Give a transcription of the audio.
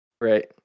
Right